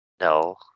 No